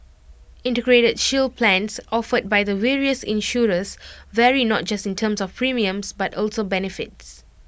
integrated shield plans offered by the various insurers vary not just in terms of premiums but also benefits